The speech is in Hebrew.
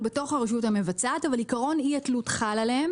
בתוך הרשות המבצעת אבל עיקרון אי התלות חל עליהם